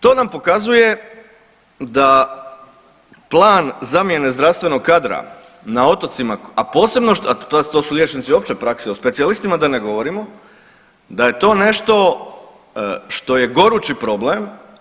To nam pokazuje da plan zamjene zdravstvenog kadra na otocima, a posebno, a to su liječnici opće prakse, o specijalistima da ne govorimo da je to nešto što je gorući problem.